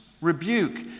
rebuke